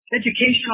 educational